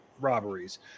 robberies